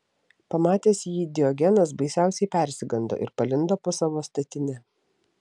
pamatęs jį diogenas baisiausiai persigando ir palindo po savo statine